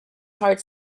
heart